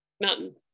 mountain